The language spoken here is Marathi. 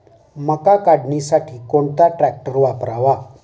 मका काढणीसाठी कोणता ट्रॅक्टर वापरावा?